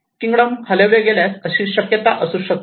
kingdom हलविले गेल्यावर अशी शक्यता असू शकते